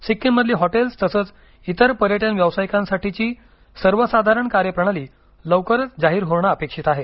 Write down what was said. सिक्किममधली hotels तसंच इतर पर्यटन व्यावसायिकांसाठीची सर्वसाधारण कार्यप्रणाली लवकरच जाहीर होणं अपेक्षित आहे